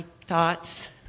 thoughts